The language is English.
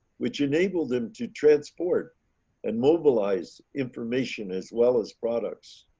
which enabled them to transport and mobilize information as well as products.